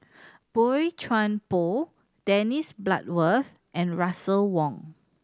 Boey Chuan Poh Dennis Bloodworth and Russel Wong